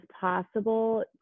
possible